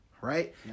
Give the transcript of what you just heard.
right